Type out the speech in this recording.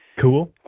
Cool